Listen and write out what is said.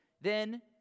Then